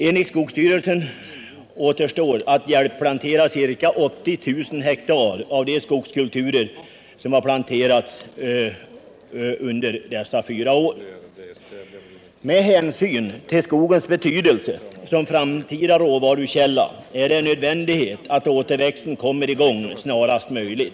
Enligt skogsstyrelsen återstår att hjälpplantera ca 80 000 hektar av de skogskulturer som har planterats under dessa fyra år. Med hänsyn till skogens betydelse som framtida råvarukälla är det en nödvändighet att återväxten kommer i gång snarast möjligt.